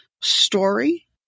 story